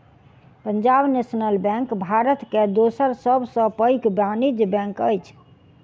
Punjab National Bank Bharat के दोसर सब सॅ पैघ वाणिज्य बैंक अछि